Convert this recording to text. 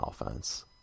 offense